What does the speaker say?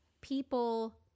people